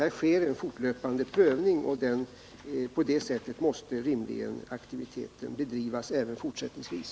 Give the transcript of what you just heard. Det sker en fortlöpande prövning, och på det sättet måste rimligen aktiviteten bedrivas även fortsättningsvis.